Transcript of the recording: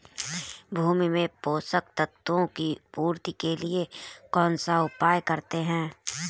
भूमि में पोषक तत्वों की पूर्ति के लिए कौनसा उपाय करते हैं?